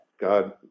God